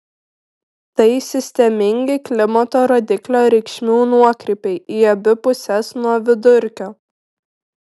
tai sistemingi klimato rodiklio reikšmių nuokrypiai į abi puses nuo vidurkio